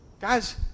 guys